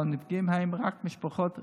והנפגעים הם רק משפחות חרדיות.